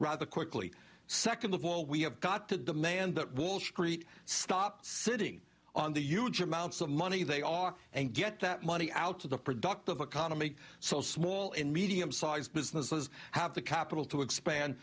rather quickly second of all we have got to demand that wall street stop sitting on the huge amounts of money they are and get that money out of the productive economy so small and medium sized businesses have the capital to expand